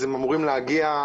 הם אמורים להגיע.